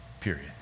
Period